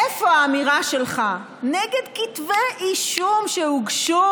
איפה האמירה שלך נגד כתבי אישום שהוגשו